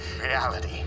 reality